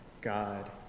God